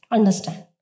Understand